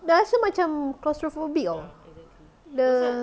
rasa macam claustrophobic hor the